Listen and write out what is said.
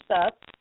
up